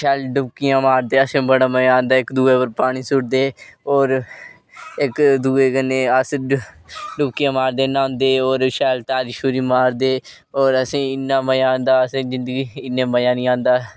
शैल डुबकी मारदे अस बड़े मजा आंदा इक दुए उप्पर पानी सुटदे और इक दुए कन्नै अस डुबकियां मारदे न्हौंदे और शैल तारी मारदे और असेंगी इन्ना मजा आंदा अस जिंदगी इन्ना मजा नेई आंदा